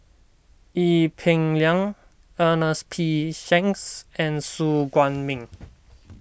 Ee Peng Liang Ernest P Shanks and Su Guaning